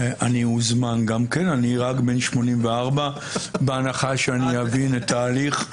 אני אהיה רק בן 84. בהנחה שאני אבין את ההליך,